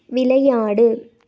விளையாடு